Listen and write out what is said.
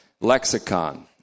lexicon